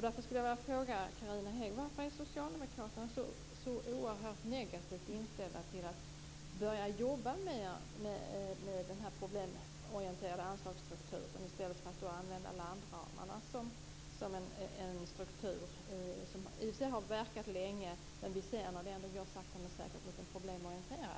Därför skulle jag vilja ställa en fråga till Carina Hägg. Varför är Socialdemokraterna så oerhört negativt inställda till att börja jobba med denna problemorienterade anslagsstruktur i stället för att använda landramarna som en struktur, som i och för sig har verkat länge? Men vi ser ändå sakta men säkert att det går mot en problemorienterad